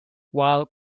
while